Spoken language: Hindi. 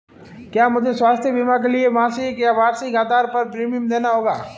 क्या मुझे स्वास्थ्य बीमा के लिए मासिक या वार्षिक आधार पर प्रीमियम देना होगा?